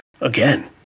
again